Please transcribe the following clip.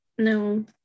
no